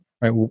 right